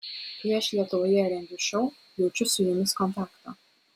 kai aš lietuvoje rengiu šou jaučiu su jumis kontaktą